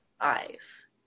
eyes